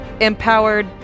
empowered